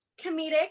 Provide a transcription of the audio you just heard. comedic